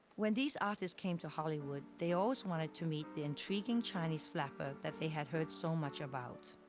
when these artists came to hollywood, they always wanted to meet the intriguing chinese flapper that they had heard so much about.